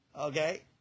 Okay